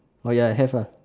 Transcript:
oh ya have ah